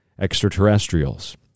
extraterrestrials